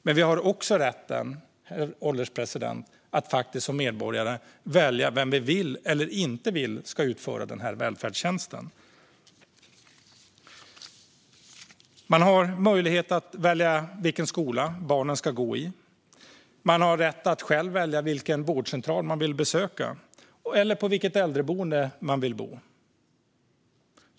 Men vi har också rätten, herr ålderspresident, att som medborgare välja vem vi vill eller inte vill ska utföra välfärdstjänsten. Man har möjlighet att välja vilken skola barnen ska gå i. Man har rätt att själv välja vilken vårdcentral man vill besöka eller på vilket äldreboende man vill bo.